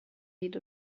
need